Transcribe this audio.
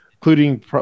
including